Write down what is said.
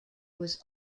was